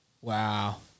Wow